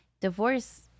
divorce